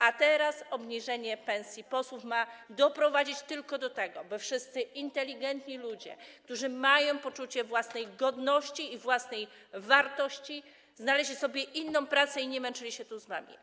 A teraz obniżenie pensji posłów ma doprowadzić tylko do tego, by wszyscy inteligentni ludzie, którzy mają poczucie własnej godności i własnej wartości, znaleźli sobie inną pracę i nie męczyli się tu z wami.